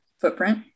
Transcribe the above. footprint